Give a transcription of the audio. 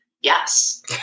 Yes